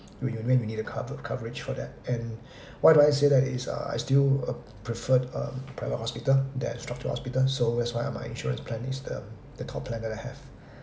you you need a cover~ coverage for that and why do I say that is uh I still uh preferred um private hospital then structured hospital so that's why my my insurance plan is the is the top plan that I have